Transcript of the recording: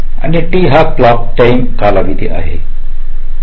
आणि T हा क्लॉकचा टाईम कालावधी आहे